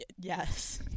Yes